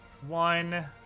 one